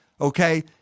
Okay